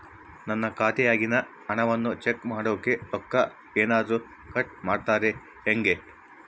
ನನ್ನ ಖಾತೆಯಾಗಿನ ಹಣವನ್ನು ಚೆಕ್ ಮಾಡೋಕೆ ರೊಕ್ಕ ಏನಾದರೂ ಕಟ್ ಮಾಡುತ್ತೇರಾ ಹೆಂಗೆ?